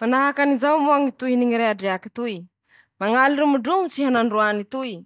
Sahala amizao ñy tohiny ñy rehadrehaky toy: -"Tsy nivolambola eha nandroany, nañontany tena